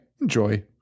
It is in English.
enjoy